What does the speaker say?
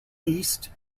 east